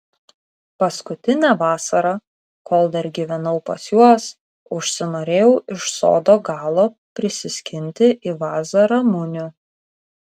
paskutinę vasarą kol dar gyvenau pas juos užsinorėjau iš sodo galo prisiskinti į vazą ramunių